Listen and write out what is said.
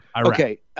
Okay